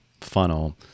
funnel